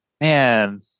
man